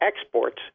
exports